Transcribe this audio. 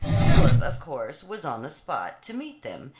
philip, of course, was on the spot, to meet them,